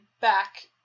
back